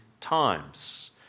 times